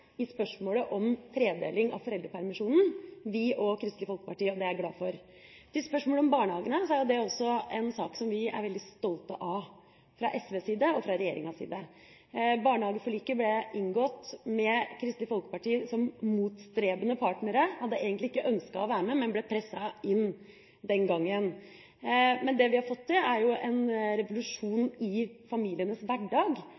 i spørsmålet om tredeling av foreldrepermisjonen, vi og Kristelig Folkeparti, og det er jeg glad for. Til spørsmålet om barnehagene, er det også en sak vi er veldig stolte av fra SVs side og fra regjeringas side. Barnehageforliket ble inngått med Kristelig Folkeparti som motstrebende partner, de hadde egentlig ikke ønsket å være med, men ble presset inn den gangen. Det vi har fått til, er en revolusjon i familienes hverdag,